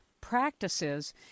practices